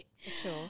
Sure